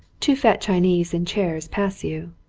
two fat chinese in chairs pass you,